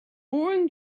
boring